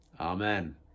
Amen